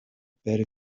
per